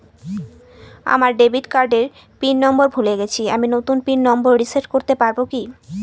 আমার ডেবিট কার্ডের pin number ভুলে গেছি আমি নূতন পিন নম্বর রিসেট করতে পারবো কি?